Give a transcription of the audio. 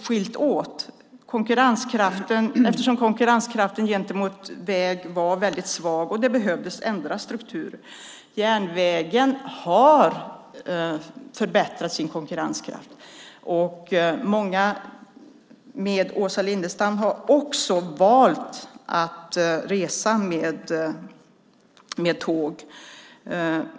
Där har vi gjort en åtskillnad eftersom konkurrensen gentemot väg var väldigt svag och det behövdes en ändrad struktur. Järnvägen har förbättrat sin konkurrenskraft. Många har liksom Åsa Lindestam valt att resa med tåg.